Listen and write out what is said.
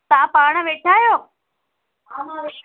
तव्हां पाण वेठा आहियो